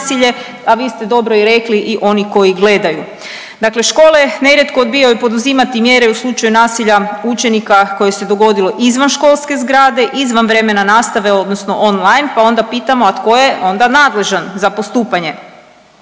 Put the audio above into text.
a vi ste dobro i rekli i oni koji gledaju. Dakle, škole nerijetko odbijaju poduzimati mjere u slučaju nasilja učenika koje se dogodilo izvan školske zgrade, izvan vremena nastave odnosno online pa onda pitamo, a tko je onda nadležan za postupanje.